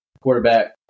Quarterback